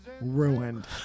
ruined